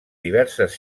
diverses